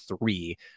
three